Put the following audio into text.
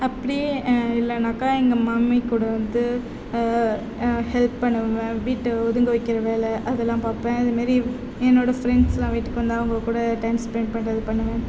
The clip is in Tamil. அப்படியே இல்லைனாக்கா எங்கள் மம்மி கூட வந்து ஹெல்ப் பண்ணுவேன் வீட்டை ஒதுங்க வைக்கிற வேலை அதெல்லாம் பார்ப்பேன் அது மாரி என்னோட ஃப்ரெண்ட்ஸ்யெலாம் வீட்டுக்கு வந்தால் அவங்க கூட டைம் ஸ்பென்ட் பண்ணுறது பண்ணுவேன்